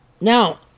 Now